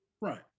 right